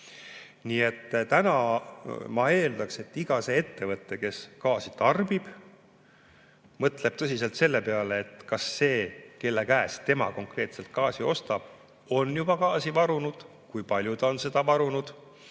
Nii et täna ma eeldaks, et iga ettevõte, kes gaasi tarbib, mõtleb tõsiselt selle peale, kas see, kelle käest konkreetselt tema gaasi ostab, on juba gaasi varunud ja kui palju ta on seda varunud.